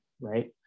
right